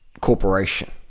corporation